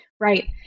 Right